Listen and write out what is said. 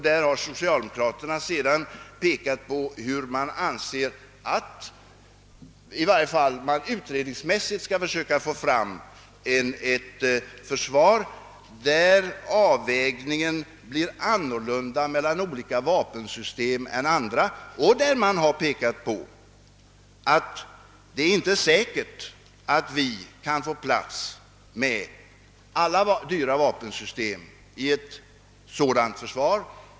Där har socialdemokraterna sedan pekat på hur man i varje fall utredningsmässigt skall försöka få fram ett försvar, där avvägningen blir annorlunda mellan olika vapensystem och där man pekat på att det inte är säkert att vi kan få plats med alla dyra vapensystem i ett sådant försvar.